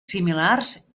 similars